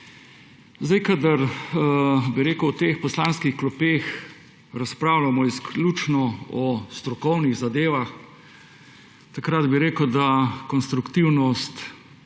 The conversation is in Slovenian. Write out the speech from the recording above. Kadar v teh poslanskih klopeh razpravljamo izključno o strokovnih zadevah, takrat bi rekel, da konstruktivnost